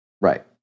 Right